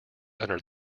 under